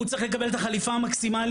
הוא צריך לקבל את החליפה המקסימלית.